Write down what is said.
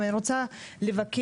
ואני רוצה לבקש.